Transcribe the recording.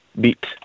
beat